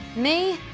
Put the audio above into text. me,